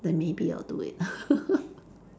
then maybe I'll do it